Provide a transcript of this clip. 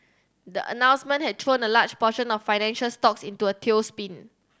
the announcement had thrown a large portion of financial stocks into a tailspin